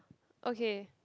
okay